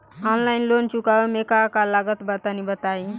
Online loan चुकावे म का का लागत बा तनि बताई?